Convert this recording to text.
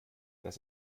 das